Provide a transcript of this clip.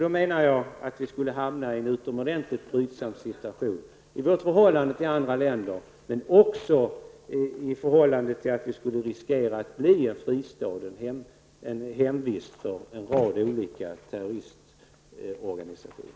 Jag anser att vi då skulle hamna i en utomordentligt brydsam situation i vårt förhållande till andra länder, och vi skulle också riskera att bli en fristad och en hemvist för en rad olika terroristorganisationer.